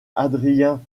adrien